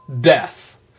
death